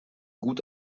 gut